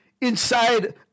inside